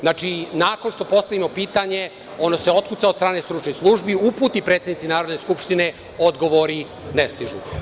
Znači, nakon što postavimo pitanje, ono se otkuca od strane stručnih službi, uputi predsednici Narodne skupštine, odgovori ne stižu.